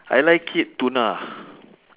I like it tuna